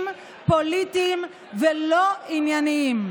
מאז ועד היום,